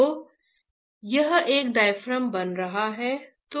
तो यह एक डायाफ्राम बन रहा है